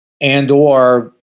and/or